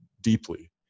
deeply